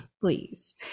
please